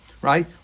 right